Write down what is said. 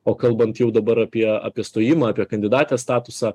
o kalbant jau dabar apie apie stojimą apie kandidatės statusą